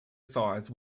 thighs